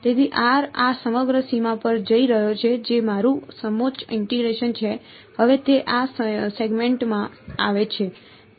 તેથી r આ સમગ્ર સીમા પર જઈ રહ્યો છે જે મારું સમોચ્ચ ઇન્ટીગ્રેશન છે હવે તે આ સેગમેન્ટમાં આવે છે